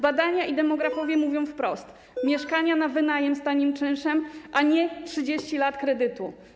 Badania i demografowie mówią wprost: mieszkania na wynajem z tanim czynszem, a nie 30 lat kredytu.